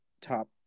top